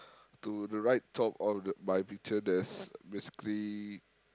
to the right top of my picture there is basically